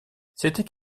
c’était